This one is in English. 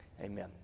amen